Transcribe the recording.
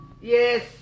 Yes